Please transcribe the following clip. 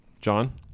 John